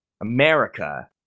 America